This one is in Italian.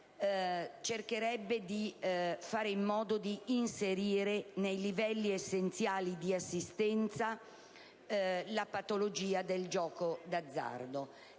cercherebbe di inserire nei livelli essenziali di assistenza la patologia del gioco d'azzardo.